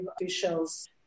officials